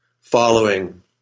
following